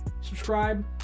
subscribe